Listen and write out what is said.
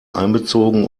einbezogen